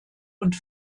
und